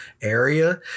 area